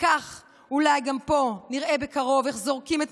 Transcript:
וכך אולי גם פה נראה בקרוב איך זורקים את